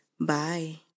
Bye